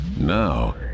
Now